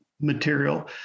material